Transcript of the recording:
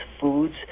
foods